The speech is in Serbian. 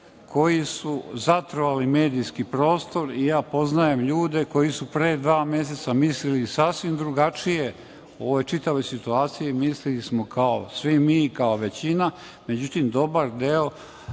koji su zatrovali medijski prostor i poznajem ljude koji su pre dva meseca mislili sasvim drugačije o ovoj čitavoj situaciji. Mislili su kao svi mi, kao većina, međutim dobar deo